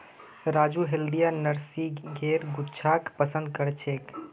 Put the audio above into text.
राजू हल्दिया नरगिसेर गुच्छाक पसंद करछेक